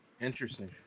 Interesting